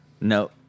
no